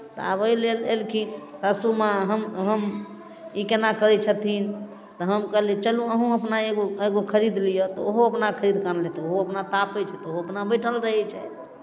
तऽ आब एहि लेल एलखिन सासूमाँ हम हम ई केना करै छथिन तऽ हम कहलियै चलू अहूँ अपना एगो एगो खरीद लिअ तऽ ओहो अपना खरीद कऽ अनलथि ओहो अपना तापै छथि ओहो अपना बैठल रहै छथि